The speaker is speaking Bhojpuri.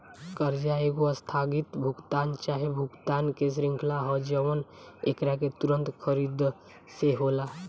कर्जा एगो आस्थगित भुगतान चाहे भुगतान के श्रृंखला ह जवन एकरा के तुंरत खरीद से होला